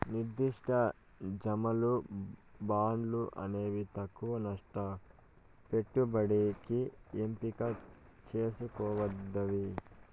నిర్దిష్ట జమలు, బాండ్లు అనేవి తక్కవ నష్ట పెట్టుబడికి ఎంపిక చేసుకోదగ్గవి